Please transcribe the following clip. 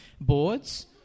boards